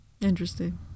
Interesting